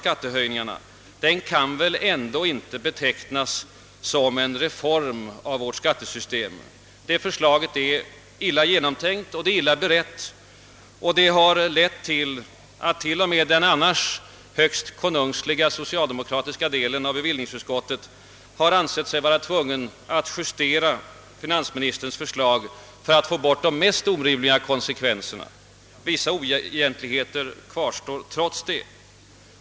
skattehöjningarna kan väl ändå inte betecknas som en reform av vårt skatte-, system. Det förslaget är illa genomtänkt och illa förberett och har lett till att t.o.m. den annars högst konungsliga delen av bevillningsutskottet har ansett sig vara tvungen att justera finansministerns förslag för att få bort de mest orimliga konsekvenserna. Trots detta kvarstår vissa oegentligheter.